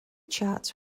charts